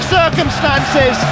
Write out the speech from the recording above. circumstances